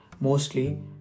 Mostly